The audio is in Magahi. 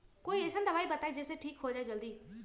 कोई अईसन दवाई बताई जे से ठीक हो जई जल्दी?